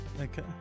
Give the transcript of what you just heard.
okay